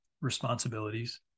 responsibilities